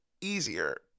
easier